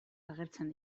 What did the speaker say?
agertzen